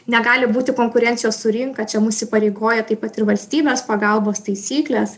negali būti konkurencijos su rinka čia mus įpareigoja taip pat ir valstybės pagalbos taisyklės